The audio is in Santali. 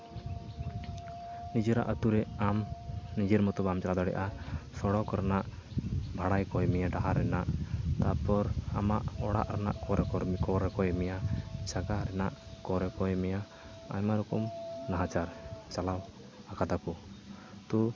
ᱱᱤᱡᱮᱨᱟᱜ ᱟᱛᱳ ᱨᱮ ᱟᱢ ᱱᱤᱡᱮᱨ ᱢᱚᱛᱚ ᱵᱟᱢ ᱪᱟᱞᱟᱣ ᱫᱟᱲᱮᱜᱼᱟ ᱥᱚᱲᱚᱠ ᱨᱮᱱᱟᱜ ᱵᱷᱟᱲᱟᱭ ᱠᱚᱭ ᱢᱮᱭᱟ ᱰᱟᱦᱟᱨ ᱨᱮᱱᱟᱜ ᱛᱟᱯᱚᱨ ᱟᱢᱟᱜ ᱚᱲᱟᱜ ᱨᱮᱱᱟᱜ ᱠᱚᱨ ᱠᱚᱭ ᱢᱮᱭᱟ ᱠᱚᱨᱮᱭ ᱠᱚᱭ ᱢᱮᱭᱟ ᱨᱮᱱᱟᱜ ᱠᱚᱨᱮᱭ ᱠᱚᱭ ᱢᱮᱭᱟ ᱟᱭᱢᱟ ᱚᱠᱚᱢ ᱱᱟᱦᱟᱪᱟᱨ ᱪᱟᱞᱟᱣ ᱟᱠᱟᱫᱟᱠᱚ ᱛᱚ